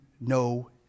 no